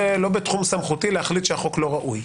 לא בתחום סמכותי להחליט שהחוק לא ראוי.